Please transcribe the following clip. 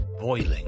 boiling